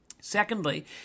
Secondly